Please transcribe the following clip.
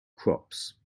crops